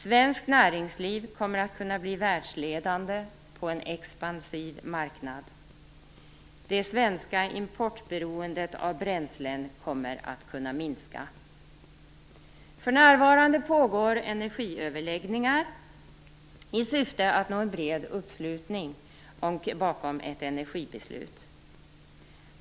Svenskt näringsliv kommer att kunna bli världsledande på en expansiv marknad. Det svenska importberoendet av bränslen kommer att kunna minska. För närvarande pågår energiöverläggningar i syfte att nå en bred uppslutning bakom ett energibeslut.